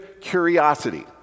curiosity